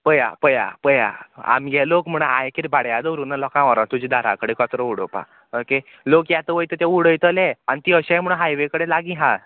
पया पया पया आमगे लोक म्हुण हांयें किदें भाड्या दवरूं ना लोकां व्हरो तुजे दारा कडेन कचरो उडोवपा ओके लोक येता वयता ते उडयतले आनी ती अशेंय म्हण हायवे कडे लागीं आहा